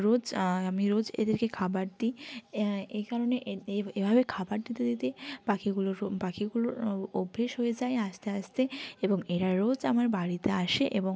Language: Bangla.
রোজ আমি রোজ এদেরকে খাবার দিই এই কারণে এভাবে খাবার দিতে দিতে পাখিগুলোরও পাখিগুলোর অভ্যেস হয়ে যায় আস্তে আস্তে এবং এরা রোজ আমার বাড়িতে আসে এবং